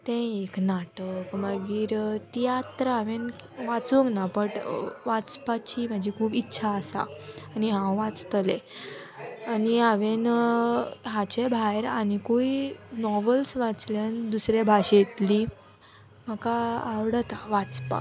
तें एक नाटक मागीर तियात्र हांवें वाचूंक ना बट वाचपाची म्हाजी खूब इच्छा आसा आनी हांव वाचतलें आनी हांवें हाचे भायर आनिकूय नॉवल्स वाचल्यान दुसरे भाशेंतली म्हाका आवडता वाचपाक